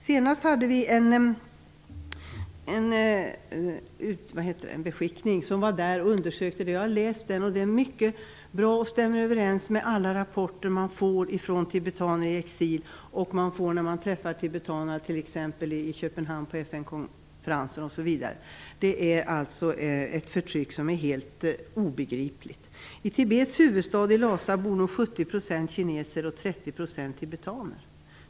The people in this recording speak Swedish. Senast gällde det en beskickning som var där. Jag har läst om det. Det som sägs där är mycket bra, och det stämmer överens med alla rapporter från tibetaner i exil och från tibetaner t.ex. på FN konferensen i Köpenhamn. Det är alltså ett förtryck som är helt obegripligt. I Tibets huvudstad Lhasa bor nu 70 % kineser och 30 % tibetaner.